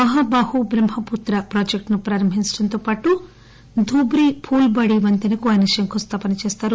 మహాబాహు బ్రహ్మపుత్ర ప్రాజెక్టును ప్రారంభించడంతోపాటు ధూబ్రి పూల్ బడి వంతెనకు ఆయన శంకుస్దాపన చేస్తారు